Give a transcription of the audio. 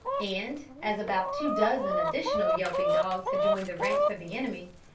and, as about two dozen additional yelping dogs had joined the ranks of the enemy,